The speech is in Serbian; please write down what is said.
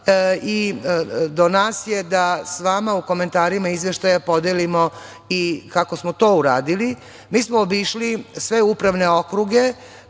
i do nas je da sa vama u komentarima Izveštaja podelimo i kako smo to uradili. Mi smo obišli sve upravne okruge,